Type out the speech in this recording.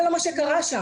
זה לא מה שקרה שם.